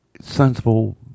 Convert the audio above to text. sensible